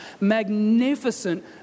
magnificent